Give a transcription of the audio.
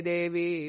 Devi